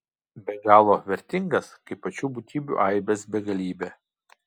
be galo vertingas kaip pačių būtybių aibės begalybė